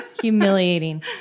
Humiliating